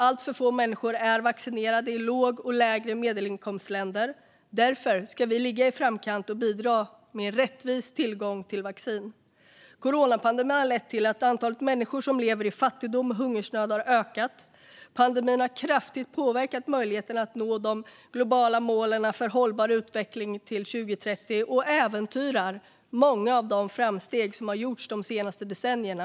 Alltför få människor är vaccinerade i låginkomst och lägre medelinkomstländer. Därför ska vi ligga i framkant och bidra till en rättvis tillgång till vaccin. Coronapandemin har lett till att antalet människor som lever i fattigdom och hungersnöd har ökat. Pandemin har kraftigt påverkat möjligheten att nå de globala målen för hållbar utveckling till 2030 och äventyrar många av de framsteg som har gjorts de senaste decennierna.